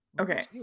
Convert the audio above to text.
okay